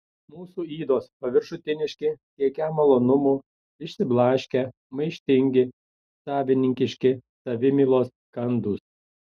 mūsų ydos paviršutiniški siekią malonumų išsiblaškę maištingi savininkiški savimylos kandūs